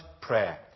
prayer